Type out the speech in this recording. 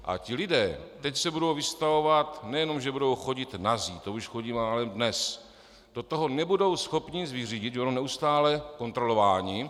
A ti lidé teď se budou vystavovat nejenom, že budou chodit nazí, to už chodí málem dnes, do toho nebudou schopni nic vyřídit, budou neustále kontrolováni.